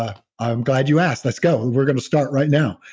ah i'm glad you asked. let's go. and we're going to start right now.